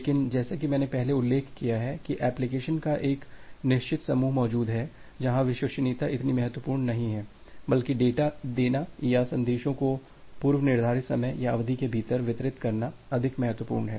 लेकिन जैसा कि मैंने पहले उल्लेख किया है कि एप्लीकेशनस का एक निश्चित समूह मौजूद हैं जहां विश्वसनीयता इतनी महत्वपूर्ण नहीं है बल्कि डेटा देना या संदेशों को पूर्वनिर्धारित समय या अवधि के भीतर वितरित करना अधिक महत्वपूर्ण है